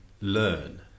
learn